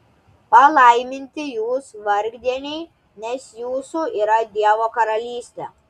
palaiminti jūs vargdieniai nes jūsų yra dievo karalystė